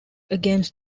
against